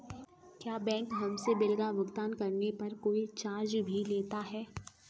क्या बैंक हमसे बिल का भुगतान करने पर कोई चार्ज भी लेता है?